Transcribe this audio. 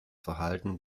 verhalten